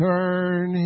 Turn